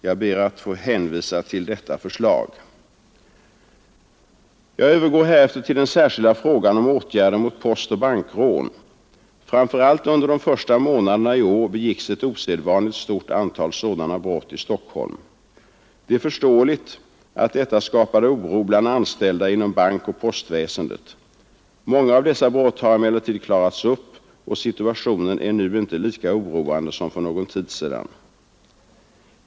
Jag ber att få hänvisa till detta förslag. Jag övergår härefter till den särskilda frågan om åtgärder mot postoch bankrån. Framför allt under de första månaderna i år begicks ett osedvanligt stort antal sådana brott i Stockholm. Det är förståeligt att detta skapade oro bland anställda inom bankoch postväsendet. Många av dessa brott har emellertid klarats upp och situationen är nu inte lika oroande som för någon tid sedan.